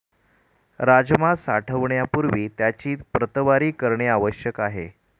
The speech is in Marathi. राजमा साठवण्यापूर्वी त्याची प्रतवारी करणे आवश्यक आहे